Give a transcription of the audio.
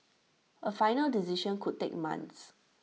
A final decision could take months